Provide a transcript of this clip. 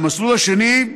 המסלול השני,